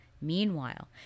meanwhile